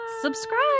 subscribe